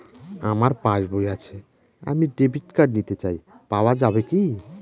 আমার পাসবই আছে আমি ডেবিট কার্ড নিতে চাই পাওয়া যাবে কি?